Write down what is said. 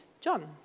John